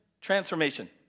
transformation